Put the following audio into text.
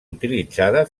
utilitzada